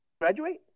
Graduate